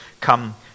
come